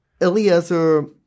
Eliezer